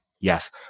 Yes